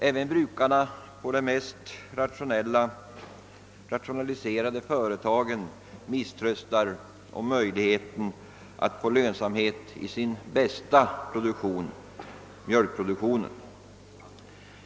Även jordbrukarna på de mest rationaliserade företagen misströstar om möjligheten att få lönsamhet i sin bästa produktion, d. v. s. mjölkproduktionen.